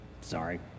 Sorry